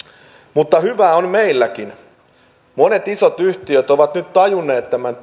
mutta hyvää on meilläkin monet isot yhtiöt ovat nyt tajunneet tämän